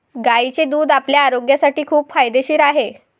गायीचे दूध आपल्या आरोग्यासाठी खूप फायदेशीर आहे